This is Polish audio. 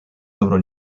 dobro